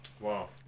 Wow